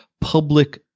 public